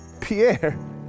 Pierre